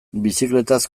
bizikletaz